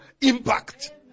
Impact